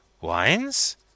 Wines